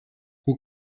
who